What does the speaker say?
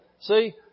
see